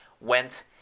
went